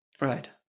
right